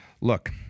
Look